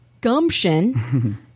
gumption